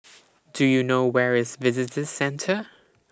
Do YOU know Where IS Visitor Centre